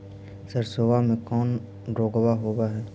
सरसोबा मे कौन रोग्बा होबय है?